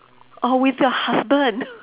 or with your husband